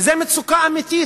וזאת מצוקה אמיתית.